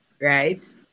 right